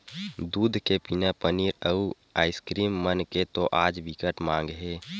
दूद के बने पनीर, अउ आइसकीरिम मन के तो आज बिकट माग हे